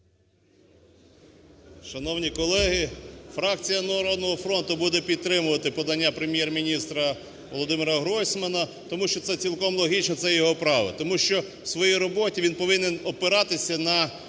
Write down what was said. Шановні колеги, фракція "Народного фронту" буде підтримувати подання Прем'єр-міністра Володимира Гройсмана, тому що це цілком логічно, це його право, тому що у своїй роботі він повинен опиратися на